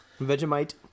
vegemite